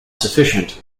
sufficient